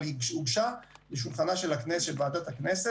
אבל היא הוגשה לוועדת הכנסת,